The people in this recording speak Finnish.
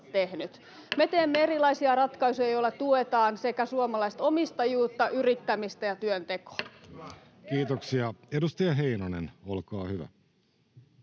Me teemme erilaisia ratkaisuja, joilla tuetaan suomalaista omistajuutta, yrittämistä ja työntekoa. Kiitoksia. — Edustaja Heinonen, olkaa hyvä.